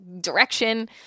direction